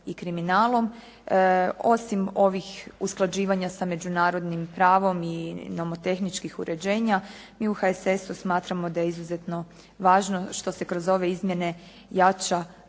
i kriminalom. Osim ovih usklađivanja sa međunarodnim pravom i nomotehničkih uređenja, mi u HSS-u smatramo da je izuzetno važno što se kroz ove izmjene jača